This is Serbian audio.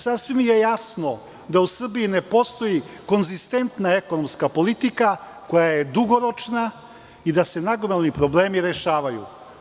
Sasvim je jasno da u Srbiji ne postoji konzistentna ekonomska politika koja je dugoročna i da se nagomilani problemi rešavaju.